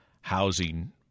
housing